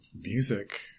music